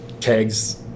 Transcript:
kegs